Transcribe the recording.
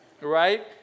Right